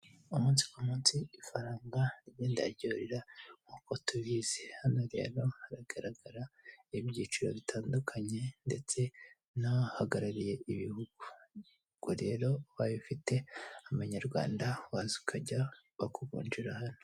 Umunsi ku munsi ifaranga rigenda ryurira nk'uko tubizi, hano rero hagaragara ibyiciro bitandukanye, ndetse n'ahagarariye ibihugu, ubwo rero ubaye ufite abanyarwanda waza ukajya, bakuvunjira hano.